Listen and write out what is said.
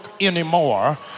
anymore